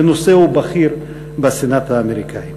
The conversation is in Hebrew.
מנוסה ובכיר בסנאט האמריקני.